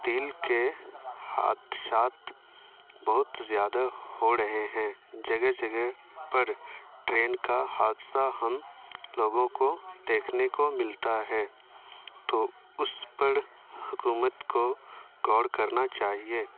تیل کے حادثات بہت زیادہ ہو رہے ہیں جگہ جگہ پر ٹرین کا حادثہ ہم لوگوں کو دیکھنے کو ملتا ہے تو اس پر حکومت کو غور کرنا چاہیے